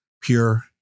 pure